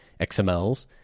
XMLs